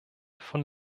von